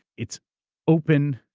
it's open,